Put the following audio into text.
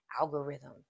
algorithm